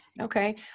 Okay